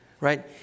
Right